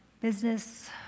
business